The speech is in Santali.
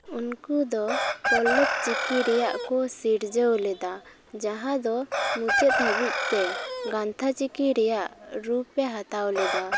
ᱩᱱᱠᱩ ᱫᱚ ᱯᱚᱞᱞᱚᱵᱽ ᱪᱤᱠᱤ ᱨᱮᱭᱟᱜ ᱠᱚ ᱥᱤᱨᱡᱟᱹᱣ ᱞᱮᱫᱟ ᱡᱟᱦᱟᱸ ᱫᱚ ᱢᱩᱪᱟᱹᱫ ᱦᱟᱹᱵᱤᱡ ᱛᱮ ᱜᱟᱱᱛᱷᱟ ᱪᱤᱠᱤ ᱨᱮᱭᱟᱜ ᱨᱩᱯᱮ ᱦᱟᱛᱟᱣ ᱞᱮᱫᱟ